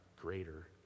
greater